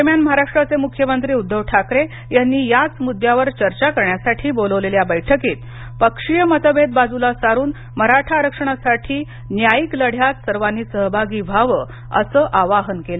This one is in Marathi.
दरम्यान महाराष्ट्राचे मुख्यमंत्री उद्धव ठाकरे यांनी याच मुद्द्यावर चर्चा करण्यासाठी बोलावलेल्या बैठकीत पक्षीय मतभेद बाजूला सारून मराठा आरक्षणासाठी न्यायिक लढ्यात सर्वांनी सहभागी व्हावं असं आवाहन केलं